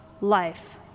life